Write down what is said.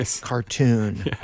cartoon